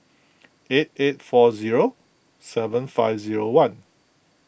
eight eight four zero seven five zero one